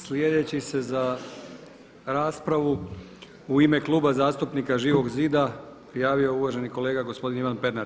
Sljedeći se za raspravu u ime Kluba zastupnika Živog zida prijavio uvaženi kolega gospodin Ivan Pernar.